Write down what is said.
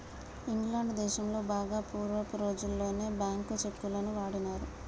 England దేశంలో బాగా పూర్వపు రోజుల్లోనే బ్యేంకు చెక్కులను వాడినారు